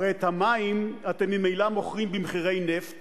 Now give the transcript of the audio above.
הרי את המים אתם ממילא מוכרים במחירי נפט